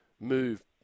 move